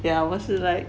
yeah 我是 like